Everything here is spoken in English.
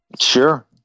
Sure